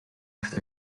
after